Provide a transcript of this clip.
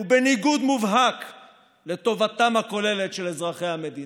ובניגוד מובהק לטובתם הכוללת של אזרחי המדינה.